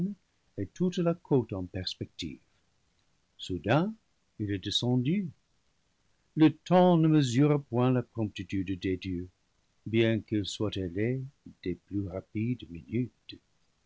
et toute la côte en perspective soudain il est descendu le temps ne mesure point la promptitude des dieux bien qu'il soit ailé des plus rapides